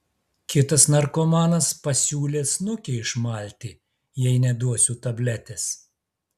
kitas narkomanas pasiūlė snukį išmalti jei neduosiu tabletės